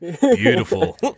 Beautiful